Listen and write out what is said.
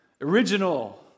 original